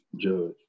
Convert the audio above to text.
judge